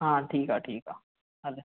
हा ठीकु आहे ठीकु आहे हले